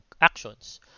actions